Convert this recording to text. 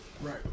Right